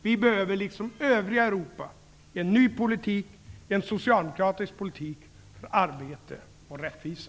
Vi behöver, liksom övriga Europa, en ny politik, en socialdemokratisk politik för arbete och rättvisa.